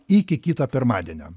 iki kito pirmadienio